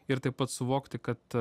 ir taip pat suvokti kad